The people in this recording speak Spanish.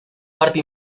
parte